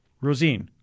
Rosine